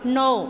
ਨੌ